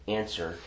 answer